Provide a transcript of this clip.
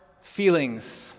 feelings